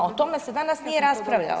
O tome se danas nije raspravljalo.